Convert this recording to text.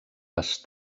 les